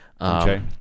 Okay